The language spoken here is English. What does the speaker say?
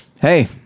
hey